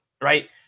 right